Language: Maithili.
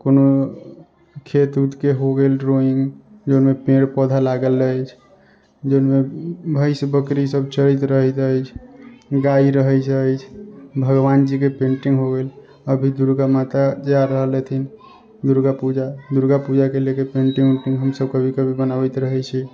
कोनो खेत उत के हो गेल ड्रॉइंग जय मे पेड़ पौधा लागल अछि जाहि मे भैंस बकरी सब चरि तऽ रहैत अछि गाय रहय छै भगवान जी के पेंटिंग हो गेल अभी दुर्गा माता जे आ रहल अथिन दुर्गा पूजा के ले के पेंटिंग उंटिंग हमसब कभी कभी बनाबैत रहय छी